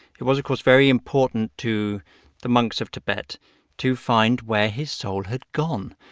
it was, of course, very important to the monks of tibet to find where his soul had gone,